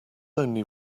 only